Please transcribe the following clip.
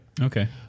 Okay